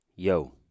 Yo